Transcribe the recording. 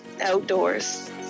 outdoors